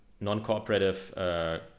non-cooperative